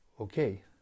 Okay